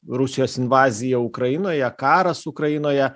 rusijos invazija ukrainoje karas ukrainoje